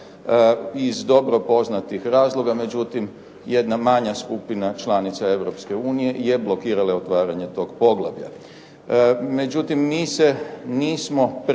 iz dobro poznatih razloga. Međutim, jedna manja skupina članica Europske unije je blokirala otvaranje toga poglavlja. Međutim, mi se nismo prepustili